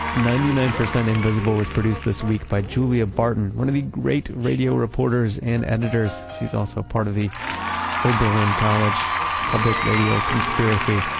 ninety nine percent invisible was produced this week by julia barton, one of the great radio reporters and editors! she's also part of the oberlin college public radio conspiracy.